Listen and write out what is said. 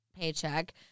paycheck